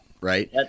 right